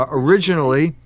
originally